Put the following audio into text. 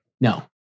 No